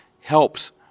helps